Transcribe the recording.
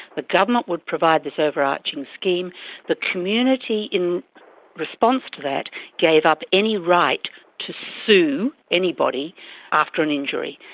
the government would provide this overarching scheme the community in response to that gave up any right to sue anybody after an injury.